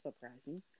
surprising